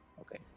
Okay